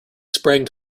sprang